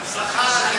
בהצלחה.